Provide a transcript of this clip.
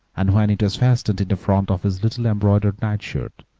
and when it was fastened in the front of his little embroidered nightshirt,